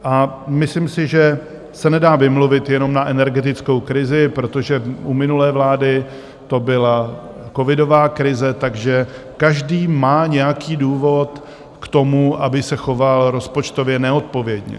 A myslím si, že se nedá vymluvit jenom na energetickou krizi, protože u minulé vlády to byla covidová krize, takže každý má nějaký důvod k tomu, aby se choval rozpočtově neodpovědně.